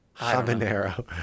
Habanero